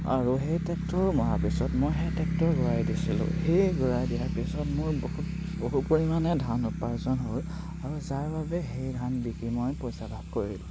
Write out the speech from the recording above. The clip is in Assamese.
আৰু সেই ট্ৰেক্টৰৰ মৰা পিছত মই সেই ট্ৰেক্টৰ ঘূৰাই দিছিলোঁ সেই ঘূৰাই দিয়াৰ পিছত মোৰ বহুত বহু পৰিমাণে ধান উপাৰ্জন হ'ল আৰু যাৰ বাবে সেই ধান বিকি মই পইচা ভাগ কৰিলোঁ